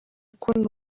kubona